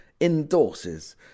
endorses